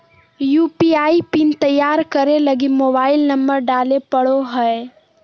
UPI PIN तैयार करे लगी मोबाइल नंबर डाले पड़ो हय